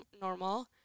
normal